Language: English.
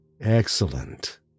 Excellent